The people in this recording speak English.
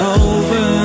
over